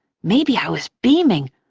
maybe i was beaming,